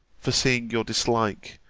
for, seeing your dislike,